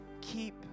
keep